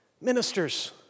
Ministers